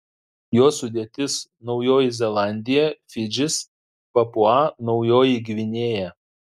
jos sudėtis naujoji zelandija fidžis papua naujoji gvinėja